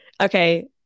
okay